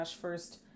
first